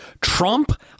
Trump